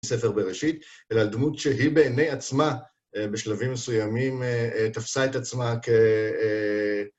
ספר בראשית, אלא דמות שהיא בעיני עצמה, בשלבים מסוימים תפסה את עצמה כ...